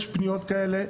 יש פניות כאלה.